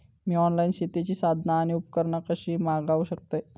मी online शेतीची साधना आणि उपकरणा कशी मागव शकतय?